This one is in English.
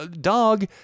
dog